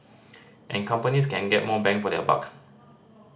and companies can get more bang for their buck